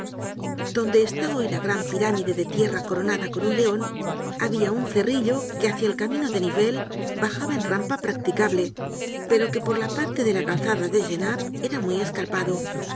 donde está hoy la gran pirámide de tierra coronada con un leon habia un cerrillo que hácia el camino de nivelles bajaba en rampa practicable pero que por la parte de la calzada de genappe era muy escarpado aun